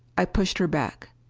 i pushed her back.